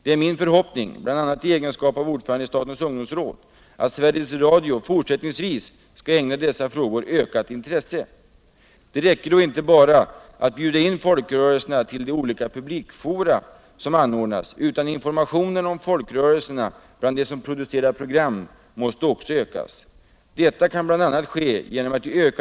Det är min förhoppning, bl.a. i egenskap av ordförande i statens ungdomsråd, att Sveriges Radio fortsättningsvis skall ägna dessa frågor ökat intresse. Det räcker då inte bara att bjuda in folkrörelserna till de olika publikfora som anordnas, utan informationen om folkrörelserna bland dem som producerar program måste också ökas.